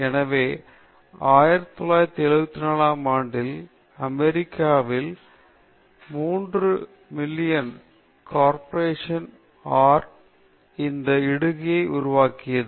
எனவே 1974 ஆம் ஆண்டில் அமெரிக்காவில் 3M கார்ப்பரேஷனில் ஆர்ட் ப்ரை இந்த இடுகையை உருவாக்கியது